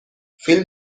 فیلم